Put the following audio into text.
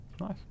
Nice